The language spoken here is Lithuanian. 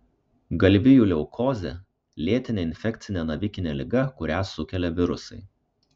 galvijų leukozė lėtinė infekcinė navikinė liga kurią sukelia virusai